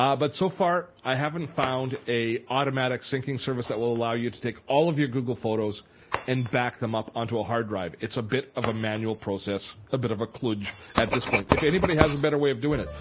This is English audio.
um but so far i haven't found an automatic syncing service that will allow you to take all of your google photos and back them up onto a hard drive. it's a bit of a manual process, a bit of a kludged at this point. if anybody has better way of doing it,